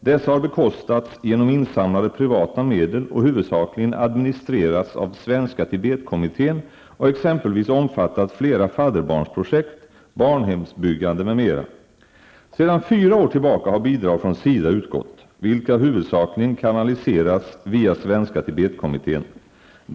Dessa har bekostats genom insamlade privata medel och huvudsakligen administrerats av Svenska Tibetkommittén och exempelvis omfattat flera fadderbarnsprojekt, barnhemsbyggande m.m. Sedan fyra år tillbaka har bidrag från SIDA Svenska Tibetkommittén.